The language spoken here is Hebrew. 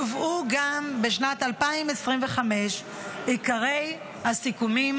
יובאו גם בשנת 2025 עיקרי הסיכומים